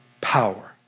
power